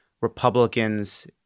Republicans